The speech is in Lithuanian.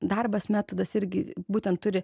darbas metodas irgi būtent turi